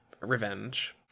revenge